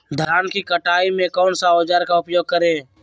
धान की कटाई में कौन सा औजार का उपयोग करे?